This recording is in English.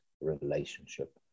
relationship